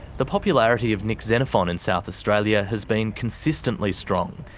the popularity of nick xenophon in south australia has been consistently strong,